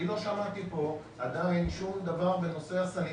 לא שמעתי פה עדיין שום דבר בנושא הסניטציה,